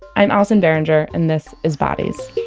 i'm allison behringer, and this is bodies